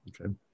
Okay